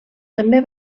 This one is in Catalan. també